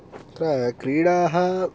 अत्र क्रीडाः